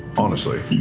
honestly.